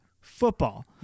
football